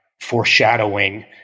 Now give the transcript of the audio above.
foreshadowing